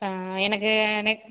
ஆ எனக்கு நெக்ஸ்